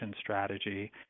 strategy